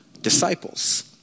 disciples